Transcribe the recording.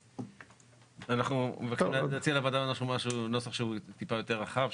אנחנו נציע לוועדה נוסח שהוא טיפה יותר רחב,